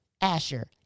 Asher